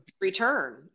return